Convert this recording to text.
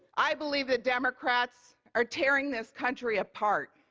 i believe the democrats are tearing this country apart.